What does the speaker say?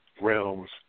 realms